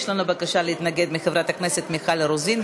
יש לנו בקשה להתנגד של חברת הכנסת מיכל רוזין.